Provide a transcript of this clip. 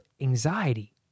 anxiety